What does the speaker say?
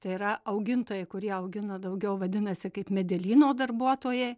tai yra augintojai kurie augina daugiau vadinasi kaip medelyno darbuotojai